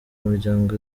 muryango